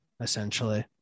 essentially